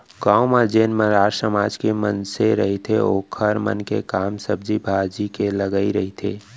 गाँव म जेन मरार समाज के मनसे रहिथे ओखर मन के काम सब्जी भाजी के लगई रहिथे